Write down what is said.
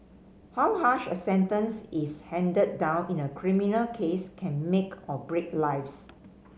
how harsh a sentence is handed down in a criminal case can make or break lives